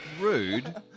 Rude